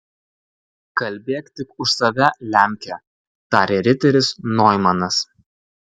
kalbėk tik už save lemke tarė riteris noimanas